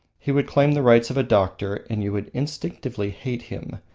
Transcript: he would claim the rights of a doctor and you would instinctively hate him,